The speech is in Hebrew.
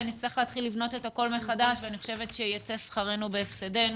נצטרך להתחיל לבנות הכול מחדש וייצא שכרנו בהפסדנו.